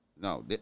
No